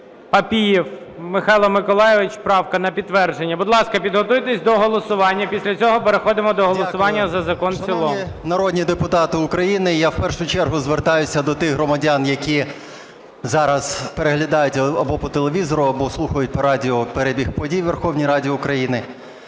Папієв Михайло Миколайович, правка на підтвердження. Будь ласка, підготуйтесь до голосування, після цього переходимо до голосування за закон в цілому. 14:20:13 ПАПІЄВ М.М. Дякую. Шановні народні депутати України! Я в першу чергу звертаюся до тих громадян, які зараз переглядають або по телевізору, або слухають по радіо перебіг подій у Верховній Раді України,